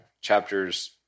chapters